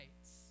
rights